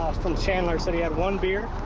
from chandler. said he had one beer.